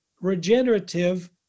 regenerative